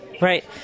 Right